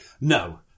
No